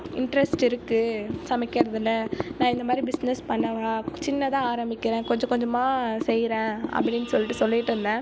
interest இருக்குது சமைக்கறதில் நான் இந்தமாதிரி பிஸினஸ் பண்ணவா சின்னதாக ஆரம்பிக்கிறேன் கொஞ்சம் கொஞ்சமாக செய்கிறேன் அப்படின்னு சொல்லிட்டு சொல்லிகிட்டுருந்தேன்